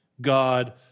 God